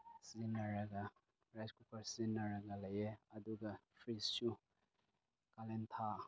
ꯁꯤꯖꯤꯟꯅꯔꯒ rice cooker ꯁꯤꯖꯤꯟꯅꯔꯒ ꯂꯩꯌꯦ ꯑꯗꯨꯒ ꯐ꯭ꯔꯤꯁꯁꯨ ꯀꯥꯂꯦꯟ ꯊꯥ